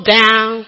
down